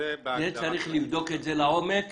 צריך לבדוק את זה לעומק.